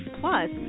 Plus